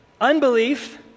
unbelief